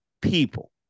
people